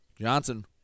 Johnson